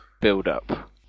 build-up